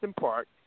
Park